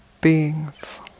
beings